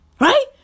Right